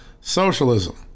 socialism